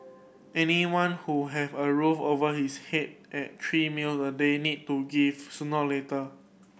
anyone who have a roof over his head and three meal a day need to give sooner or later